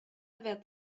aver